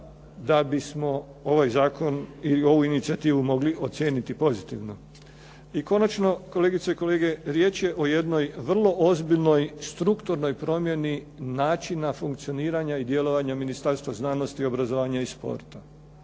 da bismo ovaj zakon i ovu inicijativu mogli ocijeniti pozitivno. I konačno, kolegice i kolege riječ je o jednoj vrlo ozbiljnoj strukturnoj promjeni načina funkcioniranja i djelovanja Ministarstva znanosti, obrazovanja i sporta